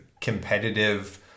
competitive